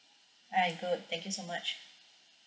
I good thank you so much